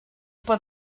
pot